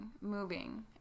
moving